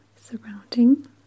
surrounding